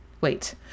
Wait